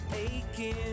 aching